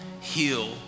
Heal